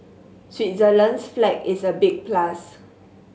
Switzerland's flag is a big plus